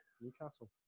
Newcastle